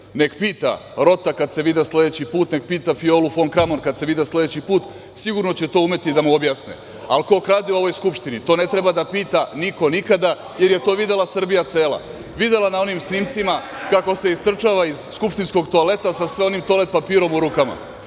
neka pita Rota kada se vide sledeći put, neka pita Violu fon Kramon kada se vide sledeći put, sigurno će to umeti da mu objasne, ali ko krade u ovoj Skupštini, to ne treba da pita niko nikada jer je to videla Srbija cela, videla na onim snimcima kako se istrčava iz skupštinskog toaleta sa sve onim toalet papirom u rukama